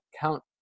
count